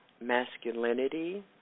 masculinity